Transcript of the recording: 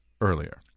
earlier